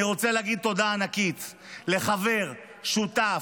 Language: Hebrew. אני רוצה להגיד תודה ענקית לחבר, שותף,